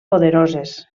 poderoses